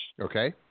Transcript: Okay